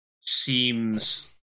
seems